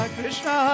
Krishna